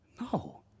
No